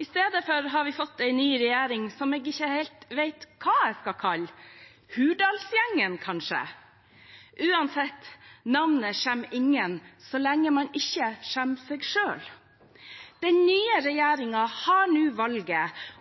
Isteden har vi fått en ny regjering som jeg ikke helt vet hva jeg skal kalle – Hurdalsgjengen, kanskje? Uansett – navnet skjemmer ingen så lenge man ikke skjemmer seg selv. Den nye